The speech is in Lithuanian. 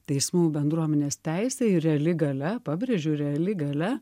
teismų bendruomenės teisė ir reali galia pabrėžiu reali galia